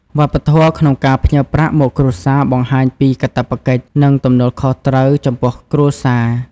វប្បធម៌ក្នុងការផ្ញើប្រាក់មកគ្រួសារបង្ហាញពីកាតព្វកិច្ច និងទំនួលខុសត្រូវចំពោះគ្រួសារ។